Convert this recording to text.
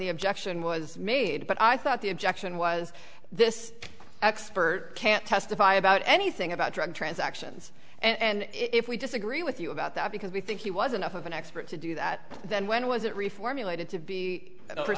the objection was made but i thought the objection was this expert can't testify about anything about drug transactions and if we disagree with you about that because we think he was enough of an expert to do that then when reformulated to be